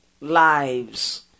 lives